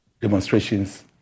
demonstrations